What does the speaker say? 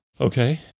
Okay